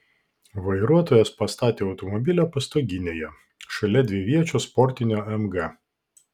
vairuotojas pastatė automobilį pastoginėje šalia dviviečio sportinio mg